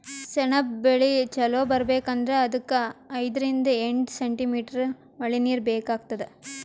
ಸೆಣಬ್ ಬೆಳಿ ಚಲೋ ಬರ್ಬೆಕ್ ಅಂದ್ರ ಅದಕ್ಕ್ ಐದರಿಂದ್ ಎಂಟ್ ಸೆಂಟಿಮೀಟರ್ ಮಳಿನೀರ್ ಬೇಕಾತದ್